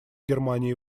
германии